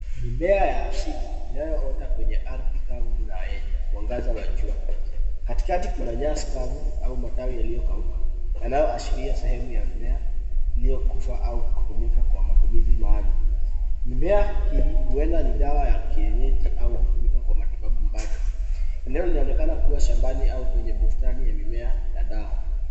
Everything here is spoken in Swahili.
Mimea ya asili inayoota kwenye ardhi kavu na yenye mwangaza wa jua. Katikati kuna nyasi kavu au matawi yaliyokauka yanayoashiria sehemu ya mimea iliyokufa au kutumika kwa matumizi maalum. Mimea hii huenda ni dawa ya kienyeji au hutumika kwa matibabu mbadala. Eneo linaonekana kuwa shambani au kwenye bustani ya mimea ya dawa.